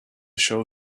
show